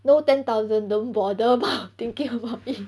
no ten thousand don't bother about thinking about it